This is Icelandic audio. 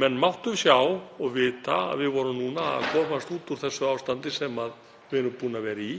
Menn máttu sjá og vita að við vorum núna að komast út úr þessu ástandi sem við erum búin að vera í.